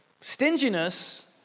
Stinginess